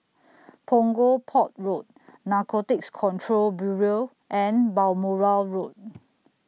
Punggol Port Road Narcotics Control Bureau and Balmoral Road